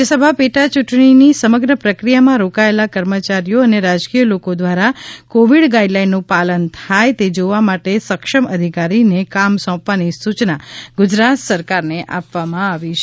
રાજ્યસભા પેટા ચૂંટણીની સમગ્ર પ્રક્રિયામાં રોકાયેલા કર્મચારીઓ અને રાજકીય લોકો દ્વારા કોવિડ ગાઈડલાઈનનું પાલન થાય તે જોવા માટે સક્ષમ અધિકારીને કામ સોંપવાની સૂચના ગુજરાત સરકારને આપવામાં આવી છે